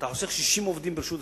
אתה חוסך 60 עובדים ברשות השידור,